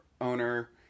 owner